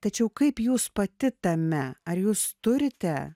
tačiau kaip jūs pati tame ar jūs turite